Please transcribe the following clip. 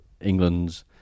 England's